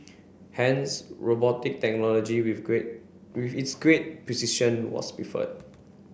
hence robotic technology with great with its great precision was preferred